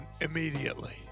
immediately